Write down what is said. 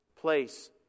place